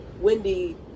Wendy